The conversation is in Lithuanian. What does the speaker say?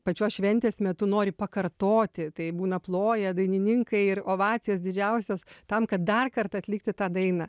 pačios šventės metu nori pakartoti tai būna ploja dainininkai ir ovacijos didžiausios tam kad dar kartą atlikti tą dainą